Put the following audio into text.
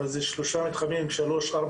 אבל זה שלושה מתחמים, 3, 4,